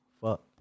Fuck